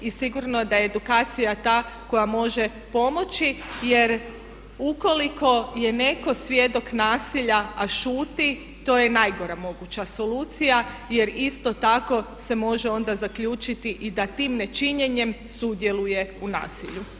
I sigurno da je edukacija ta koja može pomoći jer ukoliko je netko svjedok nasilja a šuti to je najgora moguća solucija jer isto tako se može onda zaključiti i da tim nečinjenjem sudjeluje u nasilju.